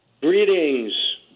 Greetings